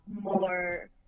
more